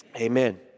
amen